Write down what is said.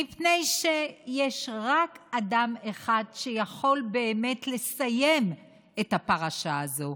מפני שיש רק אדם אחד שיכול באמת לסיים את הפרשה הזאת,